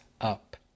up